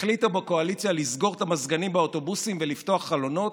החליטו בקואליציה לסגור את המזגנים באוטובוסים ולפתוח חלונות,